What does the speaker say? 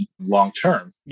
long-term